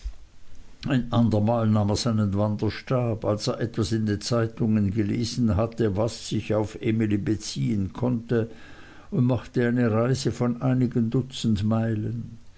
ein andermal nahm er seinen wanderstab als er etwas in den zeitungen gelesen hatte was sich auf emly beziehen konnte und machte eine reise von einigen dutzend meilen